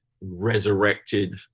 resurrected